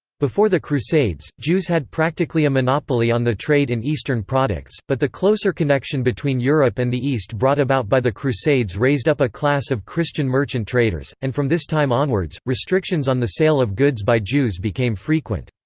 before the crusades, jews had practically a monopoly on the trade in eastern products, but the closer connection between europe and the east brought about by the crusades raised up a class of christian merchant traders, and from this time onwards, restrictions on the sale of goods by jews became frequent.